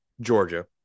georgia